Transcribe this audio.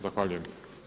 Zahvaljujem.